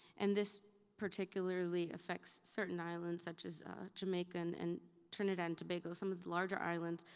and this particularly affects certain islands such as jamaica, and and trinidad, and tobago, some of the larger islands,